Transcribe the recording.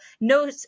No